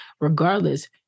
Regardless